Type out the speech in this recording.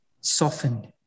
softened